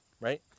right